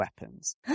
weapons